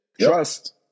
Trust